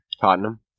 Tottenham